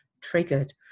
triggered